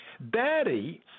Daddy